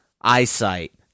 eyesight